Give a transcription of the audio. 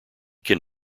can